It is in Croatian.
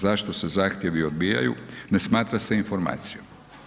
Zašto se zahtjevi odbijaju, ne smatra se informacijom.